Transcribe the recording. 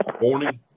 Morning